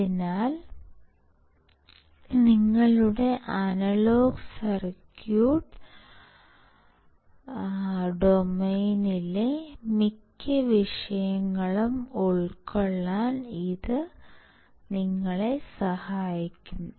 അതിനാൽ നിങ്ങളുടെ analogue circuit ഡൊമെയ്നിലെ മിക്ക വിഷയങ്ങളും ഉൾക്കൊള്ളാൻ ഇത് നിങ്ങളെ സഹായിക്കും